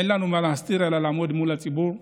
אין לנו מה להסתיר אלא לעמוד מול הציבור ולהגיד: